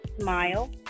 smile